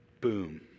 Boom